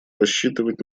рассчитывать